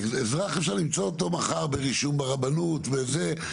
אזרח אפשר למצוא אותו מחר ברישום ברבנות ובזה,